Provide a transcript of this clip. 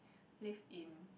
live in